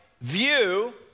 view